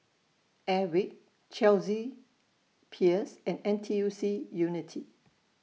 Airwick Chelsea Peers and N T U C Unity